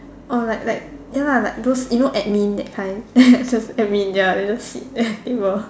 or like like ya lah those you know like admin that kind so it's admin ya then just sit on the table